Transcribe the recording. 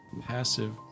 passive